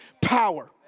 power